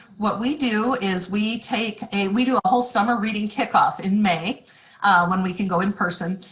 what we do is we take a, we do a whole summer reading kickoff in may when we can go in person,